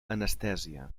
anestèsia